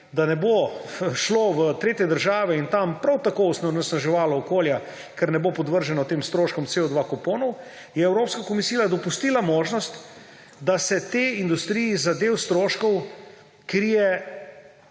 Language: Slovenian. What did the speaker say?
da ne bo šlo v tretje države in tam prav tako onesnaževalo okolja, ker ne bo podvrženo tem stroškom CO2 kuponov, je Evropska komisija dopustila možnost, da se tej industriji za del stroškov to